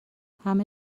همه